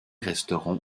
restaurant